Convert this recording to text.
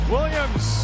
Williams